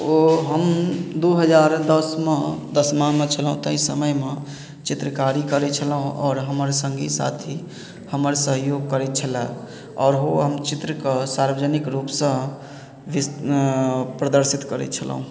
ओ हम दू हजार दसमे दसमामे छलहुॅं तहि समयमे चित्रकारी करै छलहुॅं आओर हमर सङ्गी साथी हमर सहयोग करै छलए आओर हो हम चित्र कऽ सार्वजनिक रूपसँ प्रदर्शित करै छलहुँ